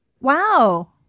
Wow